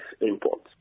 imports